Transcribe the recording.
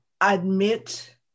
admit